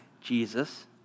Jesus